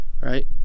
right